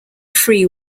free